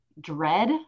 dread